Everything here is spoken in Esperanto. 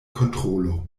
kontrolo